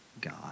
God